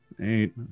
eight